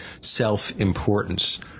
self-importance